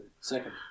Second